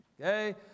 Okay